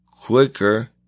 quicker